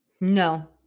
No